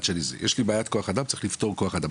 יש לי בעיית כוח אדם - צריך לפתור כוח אדם.